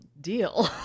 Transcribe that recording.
deal